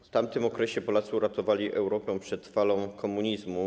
W tamtym okresie Polacy uratowali Europę przed falą komunizmu.